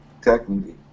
technically